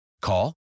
Call